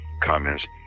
comments